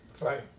Right